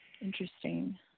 interesting